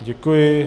Děkuji.